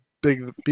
big